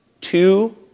Two